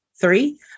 Three